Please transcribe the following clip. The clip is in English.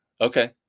Okay